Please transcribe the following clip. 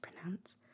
pronounce